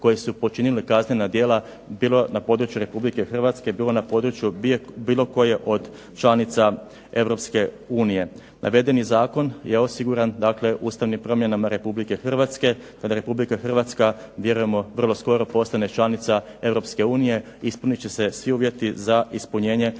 koje su počinile kaznena djela bilo na području Republike Hrvatske, bilo na području bilo koje od članica Europske unije. Navedeni zakon je osiguran dakle ustavnim promjenama Republike Hrvatske, kada Republika Hrvatska vjerujemo vrlo skoro postane članica Europske unije ispunit će se svi uvjeti za ispunjenje